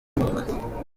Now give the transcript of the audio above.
umwuga